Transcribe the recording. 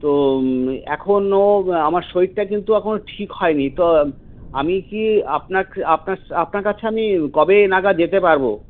তো এখনও আমার শরীরটা কিন্তু এখনও ঠিক হয়নি তো আমি কি আপনার আপনার আপনার কাছে আমি কবে নাগাদ যেতে পারব